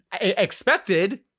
expected